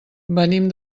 venim